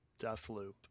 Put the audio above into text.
Deathloop